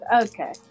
okay